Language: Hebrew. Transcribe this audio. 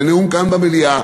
בנאום כאן במליאה,